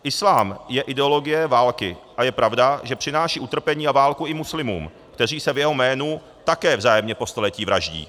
Islám je ideologie války a je pravda, že přináší utrpení a válku i muslimům, kteří se v jeho jménu také vzájemně po století vraždí.